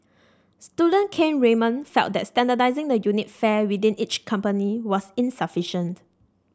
student Kane Raymond felt that standardising the unit fare within each company was insufficient